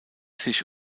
sich